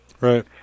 right